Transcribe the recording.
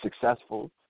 successful